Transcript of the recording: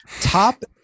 top